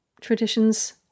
Traditions